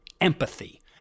empathy